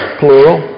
plural